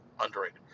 underrated